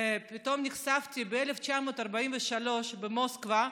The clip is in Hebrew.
פתאום נחשפתי לזה שב-1943 במוסקבה,